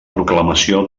proclamació